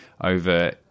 over